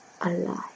alive